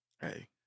Hey